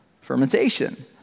fermentation